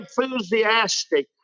enthusiastic